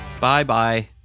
Bye-bye